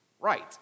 right